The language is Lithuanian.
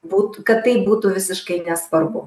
būtų kad tai būtų visiškai nesvarbu